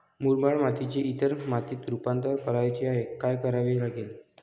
मुरमाड मातीचे इतर मातीत रुपांतर करायचे आहे, काय करावे लागेल?